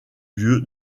lieu